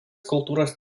kultūros